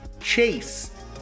Chase